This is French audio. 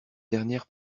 dernière